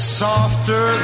softer